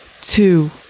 two